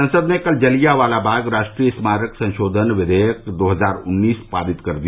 संसद ने कल जालियांवाला बाग राष्ट्रीय स्मारक संशोधन विषेयक दो हजार उन्नीस पारित कर दिया